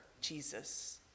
Jesus